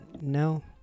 no